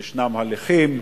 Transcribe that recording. שיש הליכים,